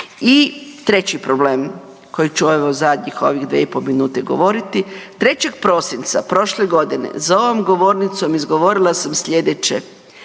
I treći problem koji ću evo ovih zadnjih 2,5 minute govoriti, 3. prosinca prošle godine, za ovom govornicom izgovorila sam slijedeće